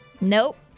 Nope